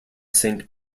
saint